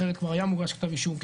אחרת כבר היה מוגש כתב אישום,